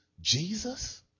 Jesus